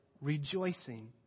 rejoicing